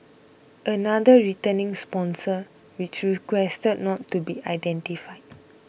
another returning sponsor which requested not to be identified